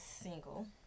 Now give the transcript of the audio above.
single